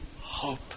hope